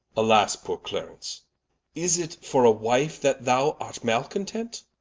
alas, poore clarence is it for a wife that thou art malecontent?